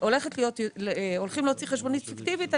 הולכים להוציא חשבונית פיקטיבית,